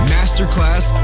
Masterclass